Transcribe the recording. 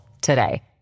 today